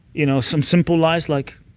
you know some simple lies like,